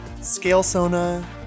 scale-sona